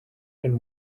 and